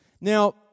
Now